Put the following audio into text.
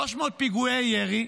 300 פיגועי ירי,